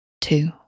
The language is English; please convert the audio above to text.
two